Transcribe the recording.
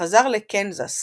- וחזר לקנזס,